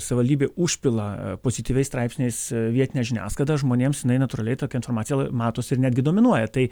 savivaldybė užpila pozityviais straipsniais vietinę žiniasklaidą žmonėms jinai natūraliai tokia informacija matosi ir netgi dominuoja tai